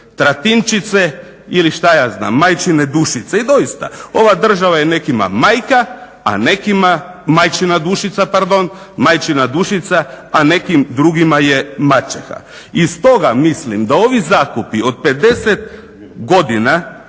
tratinčice ili što ja znam majčine dušice. I doista, ova država je nekima majka, majčina dušica pardon, a nekim drugima je maćeha. I stoga mislim da ovi zakupi od 50 godina